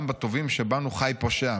גם בטובים שבנו חי פושע,